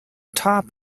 top